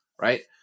right